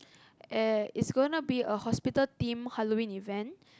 and it's going to be a hospital themed Halloween event